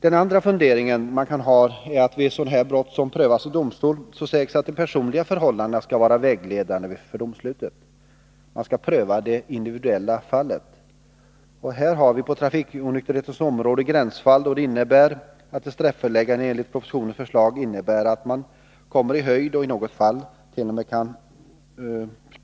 Den andra funderingen som man kan ha är att vid brott som prövas av domstol skall de personliga förhållandena vara vägledande för domslutet. Man skall alltså pröva det individuella fallet. Här har vi på trafikonykterhetens område gränsfall, som innebär att ett strafföreläggande enligt propositionen betyder att man nästan kommer i höjd med och i något fall också